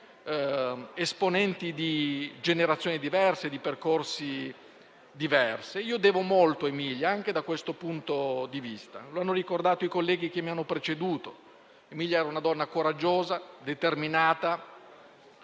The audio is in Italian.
tra esponenti di generazioni diverse e di percorsi diversi. Io devo molto a Emilia anche da questo punto di vista. Lo hanno ricordato i colleghi che mi hanno preceduto: Emilia era una donna coraggiosa e determinata,